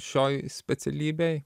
šioj specialybėj